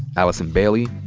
allison bailey,